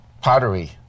pottery